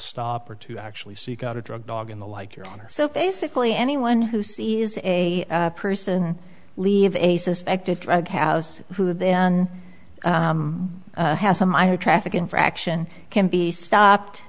stop or to actually seek out a drug dog in the like your honor so basically anyone who sees a person leave a suspected drug house who then has a minor traffic infraction can be stopped